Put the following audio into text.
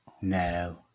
No